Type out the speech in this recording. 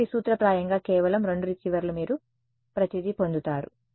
కాబట్టి సూత్రప్రాయంగా కేవలం రెండు రిసీవర్లు మీరు ప్రతిదీ పొందుతారు